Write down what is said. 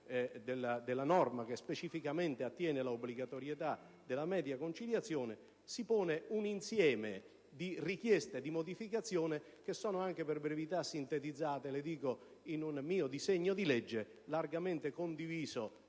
della norma che specificamente attiene all'obbligatorietà della media-conciliazione, si pone un insieme di richieste di modificazione che anche per brevità sono sintetizzate in un mio disegno di legge, largamente condiviso